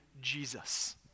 Jesus